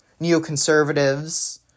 neoconservatives